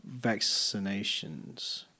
vaccinations